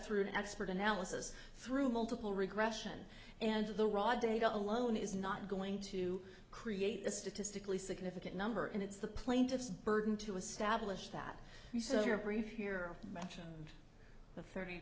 through an expert analysis through multiple regression and the raw data alone is not going to create a statistically significant number and it's the plaintiff's burden to establish that you saw your brief here mention the thirty